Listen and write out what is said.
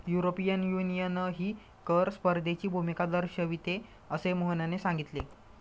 European युनियनही कर स्पर्धेची भूमिका दर्शविते, असे मोहनने सांगितले